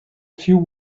few